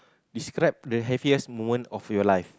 describe the happiest moment of your life